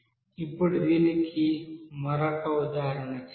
ఇప్పుడు దీనికి మరో ఉదాహరణ చేద్దాం